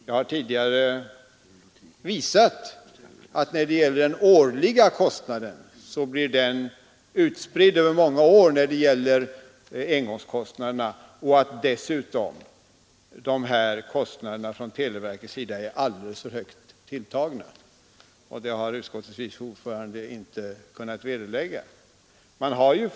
Jag har tidigare visat att engångskostnaden blir utspridd över många år och dessutom att kostnaderna är alldeles för högt tilltagna av televerket. Detta har utskottets vice ordförande inte kunnat vederlägga.